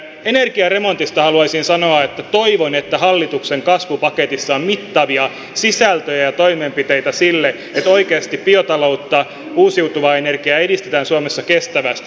energiaremontista haluaisin sanoa että toivon että hallituksen kasvupaketissa on mittavia sisältöjä ja toimenpiteitä sille että oikeasti biotaloutta uusiutuvaa energiaa edistetään suomessa kestävästi